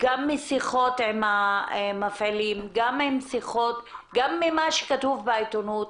גם משיחות עם המפעילים, גם ממה שכתוב בעיתונות,